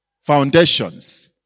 foundations